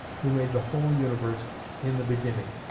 who made the whole universe in the beginning,